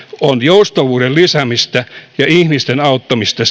on joustavuuden lisäämistä ja ihmisten auttamista